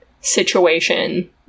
situation